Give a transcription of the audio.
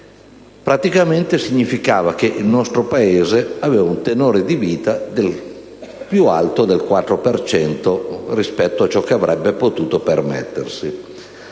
Praticamente questo significava che il nostro Paese aveva un tenore di vita più alto quasi del 4 per cento rispetto a ciò che avrebbe potuto permettersi.